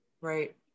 Right